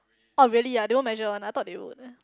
orh really ah they won't measure one I thought they would eh